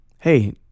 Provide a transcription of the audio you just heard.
Hey